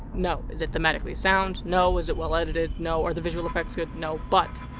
no. is it thematically sound? no. is it well edited? no. are the visual effects good? no. but!